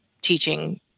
teaching